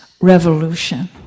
revolution